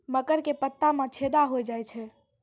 मकर के पत्ता मां छेदा हो जाए छै?